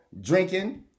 drinking